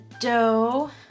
dough